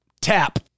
Tap